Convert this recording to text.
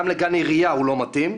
גם לגן עירייה הוא לא מתאים,